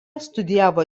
studijavo